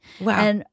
Wow